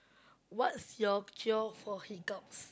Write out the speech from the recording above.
what's your cure for hiccups